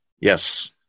Yes